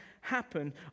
happen